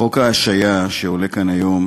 חוק ההשעיה, שעולה כאן היום,